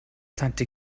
tante